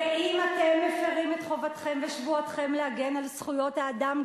ואם אתם מפירים את חובתכם ושבועתכם להגן על זכויות האדם,